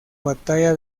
batalla